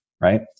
Right